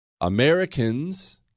Americans